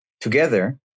together